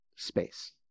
Space